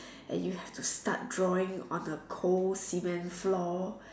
and you have to start drawing on a cold cement floor